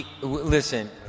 Listen